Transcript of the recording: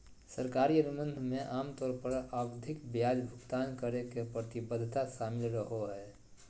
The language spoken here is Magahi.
सरकारी अनुबंध मे आमतौर पर आवधिक ब्याज भुगतान करे के प्रतिबद्धता शामिल रहो हय